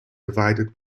divided